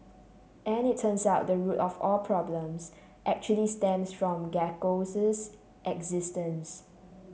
and it turns out the root of all problems actually stems from Gecko's existence